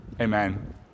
Amen